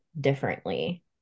differently